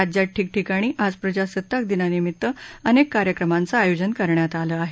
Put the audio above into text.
राज्यात ठिकठिकाणी आज प्रजासत्ताक दिनानिमीत्त अनेक कार्यक्रमांचं आयोजन करण्यात आलं आहे